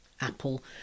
Apple